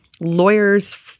lawyers